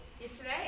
yesterday